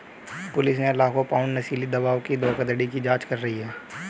police लाखों pound नशीली दवाओं की धोखाधड़ी की जांच कर रही है